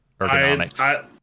ergonomics